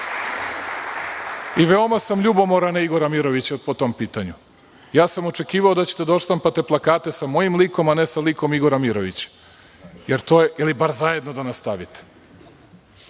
Veoma sam ljubomoran na Igora Mirovića po tom pitanju. Očekivao sam da ćete da odštampate plakate sa mojim likom, a ne sa likom Igora Mirovića ili bar zajedno da nas stavite.